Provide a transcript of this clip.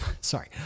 sorry